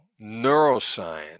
neuroscience